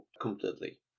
completely